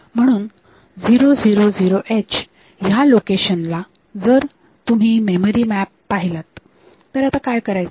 म्हणून 0000h ह्या location ला जर तुम्ही मेमरी मॅप पाहिलात तर आता काय करायचे